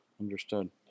Understood